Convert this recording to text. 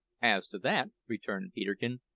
as to that, returned peterkin,